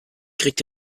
kriegt